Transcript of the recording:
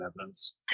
evidence